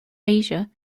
asia